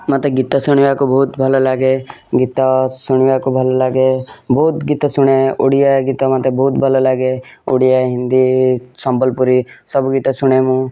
ମତେ ଗୀତ ଶୁଣିବାକୁ ବହୁତ୍ ଭଲ ଲାଗେ ଗୀତ ଶୁଣିବାକୁ ଭଲ ଲାଗେ ବହୁତ୍ ଗୀତ ଶୁଣେ ଓଡ଼ିଆ ଗୀତ ମତେ ବହୁତ୍ ଭଲ ଲାଗେ ଓଡ଼ିଆ ହିନ୍ଦୀ ସମ୍ବଲପୁରୀ ସବୁ ଗୀତ ଶୁଣେ ମୁଁ